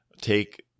take